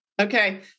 Okay